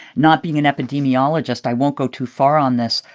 not being an epidemiologist, i won't go too far on this,